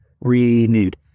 renewed